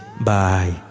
Bye